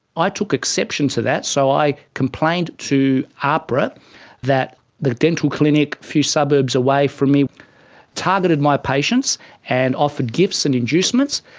i took exception to that, so i complained to ahpra that the dental clinic a few suburbs away from me targeted my patients and offered gifts and inducements,